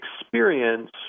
experience